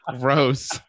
Gross